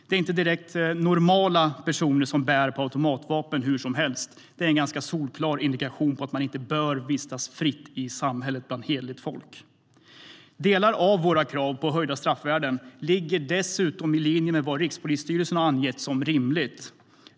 Det är inte direkt normala personer som bär på automatvapen hur som helst, utan det är en ganska solklar indikation på att man inte bör vistas fritt i samhället bland hederligt folk. Delar av våra krav på höjda straffvärden ligger dessutom i linje med vad Rikspolisstyrelsen har angett som rimligt.